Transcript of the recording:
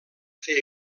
fer